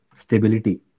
stability